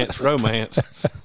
Romance